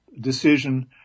decision